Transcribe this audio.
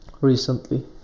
recently